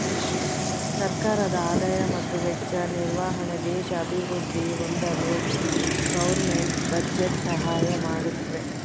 ಸರ್ಕಾರದ ಆದಾಯ ಮತ್ತು ವೆಚ್ಚ ನಿರ್ವಹಣೆ ದೇಶ ಅಭಿವೃದ್ಧಿ ಹೊಂದಲು ಗೌರ್ನಮೆಂಟ್ ಬಜೆಟ್ ಸಹಾಯ ಮಾಡುತ್ತೆ